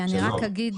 אני רק אגיד